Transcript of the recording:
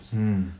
mmhmm